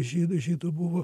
žydų žydų buvo